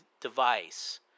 device